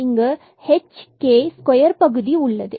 இங்கு k h square பகுதி term உள்ளது